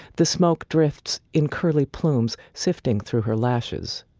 the smoke drifts in curly plumes, sifting through her lashes.